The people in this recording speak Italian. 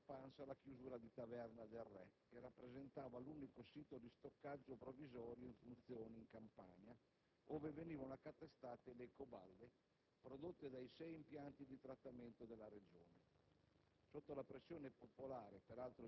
hanno ottenuto dall'allora commissario Pansa la chiusura di Taverna del Re, che rappresentava l'unico sito di stoccaggio provvisorio in funzione in Campania, ove venivano accatastate le ecoballe prodotte dai sei impianti di trattamento della Regione.